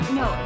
no